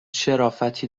شرافتی